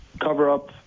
cover-up